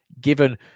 given